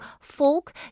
Folk